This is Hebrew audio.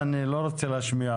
אני רוצה להתייחס לעמוד